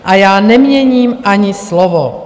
A já neměním ani slovo.